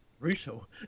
Brutal